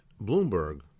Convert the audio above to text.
Bloomberg